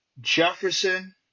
Jefferson